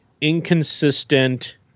inconsistent